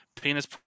penis